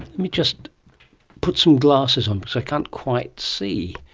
me just put some glasses on because i can't quite see.